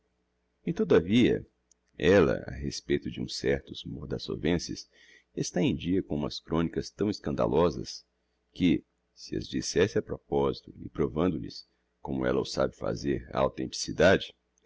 e todavia ella a respeito de uns certos mordassovenses está em dia com umas chronicas tão escandalosas que se as dissesse a proposito e provando lhes como ella o sabe fazer a authenticidade